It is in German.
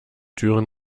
türen